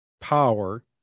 power